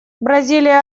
бразилия